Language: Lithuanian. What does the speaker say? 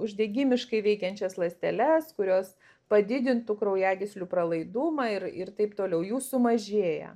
uždegimiškai veikiančias ląsteles kurios padidintų kraujagyslių pralaidumą ir ir taip toliau jų sumažėja